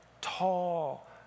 tall